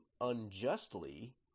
unjustly